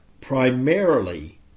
Primarily